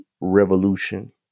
revolution